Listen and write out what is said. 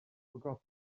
forgot